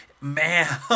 man